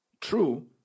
True